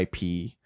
IP